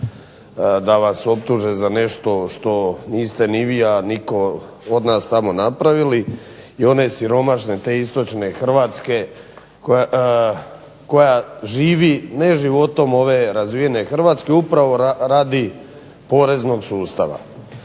da vas optuže za nešto što niste ni vi, a nitko od nas tamo napravili, i one siromašne te istočne Hrvatske koja živi ne životom ove razvijene Hrvatske, upravo radi poreznog sustava.